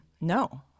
No